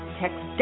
text